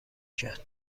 کرد